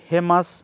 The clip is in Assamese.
সেই মাছ